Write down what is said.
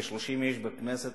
כ-30 איש בכנסת,